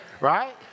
Right